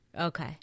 okay